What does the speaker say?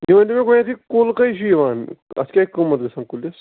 تُہۍ ؤنۍتَو مےٚ گۄڈٕنٮ۪تھ یہِ کُل کٔہۍ چھُ یِوان اَتھ کیٛاہ قۭمَتھ گژھان کُلِس